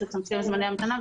תצמצם זמני המתנה,